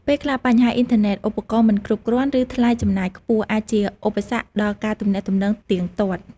ពេលខ្លះ បញ្ហាអ៊ីនធឺណេត ឧបករណ៍មិនគ្រប់គ្រាន់ ឬថ្លៃចំណាយខ្ពស់ អាចជាឧបសគ្គដល់ការទំនាក់ទំនងទៀងទាត់។